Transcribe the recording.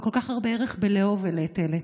וכל כך הרבה ערך בלאהוב אלה את אלה.